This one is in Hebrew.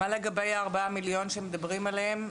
מה לגבי ה-4 מיליון שמדברים עליהם?